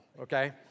Okay